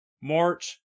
March